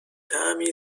طعمی